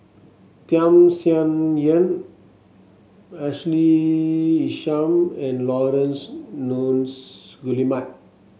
Tham Sien Yen Ashley Isham and Laurence Nunns Guillemard